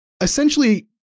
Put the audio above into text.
Essentially